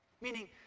Meaning